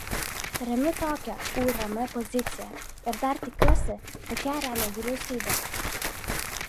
remiu tokią urm poziciją ir dar tikiuosi kad ją remia vyriausybė